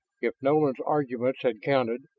if nolan's arguments had counted,